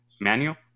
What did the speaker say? manual